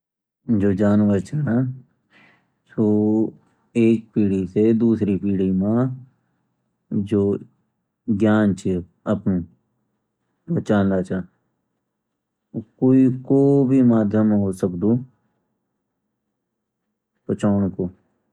जो जानवर चे ना सू एक पीढ़ी से दूसरी पीढ़ी मा जो ज्ञान च अपणु पहुचांदा चा वो क्वे भी माध्यम हो सकदु पहुचांदू